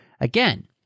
again